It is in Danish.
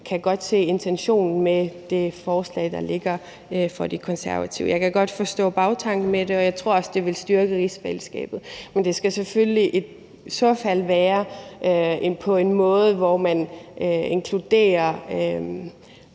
kan godt se intentionen med det forslag, der ligger fra De Konservative. Jeg kan godt forstå tanken med det, og jeg tror også, at det vil styrke rigsfællesskabet, men det skal selvfølgelig i så fald være på en måde, hvor man inkluderer